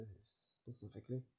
specifically